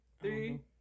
Three